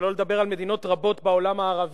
שלא לדבר על מדינות רבות בעולם הערבי,